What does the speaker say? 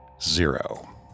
zero